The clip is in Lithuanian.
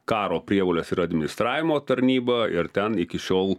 karo prievolės ir administravimo tarnyba ir ten iki šiol